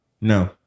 No